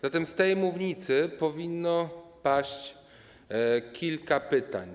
Zatem z tej mównicy powinno paść kilka pytań.